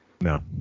No